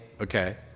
Okay